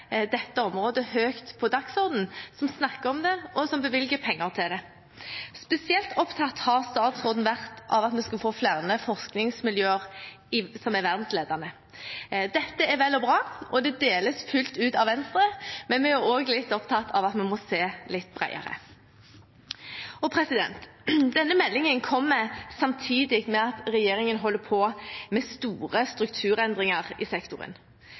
dette området høyt på dagsordenen, som snakker om det, og som bevilger penger til det. Spesielt opptatt har statsråden vært av at vi skulle få flere forskningsmiljøer som er verdensledende. Dette er vel og bra, og det deles fullt ut av Venstre, men vi er også litt opptatt av at vi må se litt bredere. Denne meldingen kommer samtidig med at regjeringen holder på med store strukturendringer i sektoren.